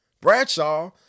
Bradshaw